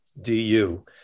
D-U